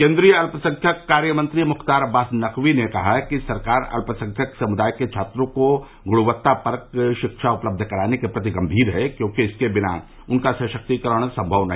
केन्द्रीय अल्प संख्यक कार्यमंत्री मुख्तार अब्बास नकवी ने कहा है कि सरकार अल्पसंख्यक समुदाय के छात्रों को गुणवत्तापरक शिक्षा उपलब्ध कराने के प्रति गम्भीर है क्योंकि इसके बिना उनका सशक्तिकरण संभव नहीं